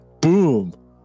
Boom